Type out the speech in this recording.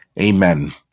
Amen